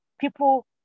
people